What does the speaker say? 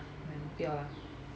不要 lah